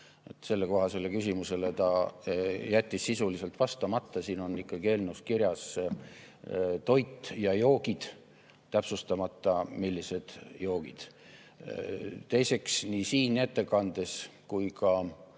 Sellekohasele küsimusele jättis ta sisuliselt vastamata. Siin eelnõus on kirjas toit ja joogid, täpsustamata, millised joogid. Teiseks, nii siin ettekandes kui ka